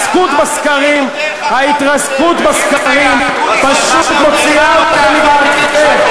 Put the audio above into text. ההתרסקות בסקרים פשוט מוציאה אתכם מדעתכם,